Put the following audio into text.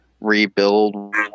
rebuild